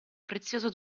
prezioso